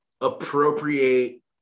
appropriate